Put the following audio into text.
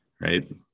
right